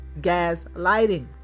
gaslighting